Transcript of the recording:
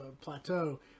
plateau